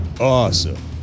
awesome